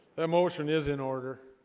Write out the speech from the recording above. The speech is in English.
that motion is in order.